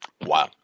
Wow